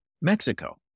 Mexico